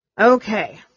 Okay